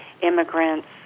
immigrants